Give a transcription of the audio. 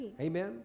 Amen